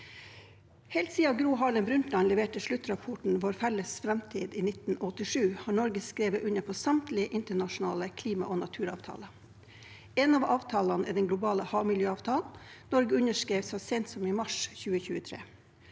Helt siden Gro Harlem Brundtland i 1987 leverte sluttrapporten Vår felles framtid, har Norge skrevet under på samtlige internasjonale klima- og naturavtaler. En av avtalene er den globale havmiljøavtalen Norge underskrev så sent som i mars 2023.